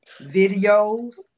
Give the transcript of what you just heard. videos